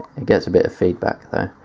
it gets a bit of feedback though